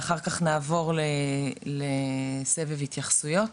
ואחר כך נעבור לסבב התייחסויות.